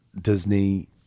Disney